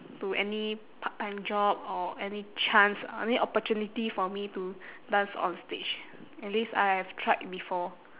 to any part time job or any chance I mean opportunity for me to dance on stage at least I have tried before